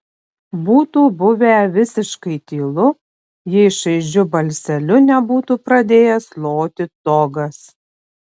būtų buvę visiškai tylu jei šaižiu balseliu nebūtų pradėjęs loti togas